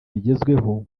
bigezweho